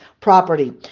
property